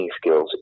skills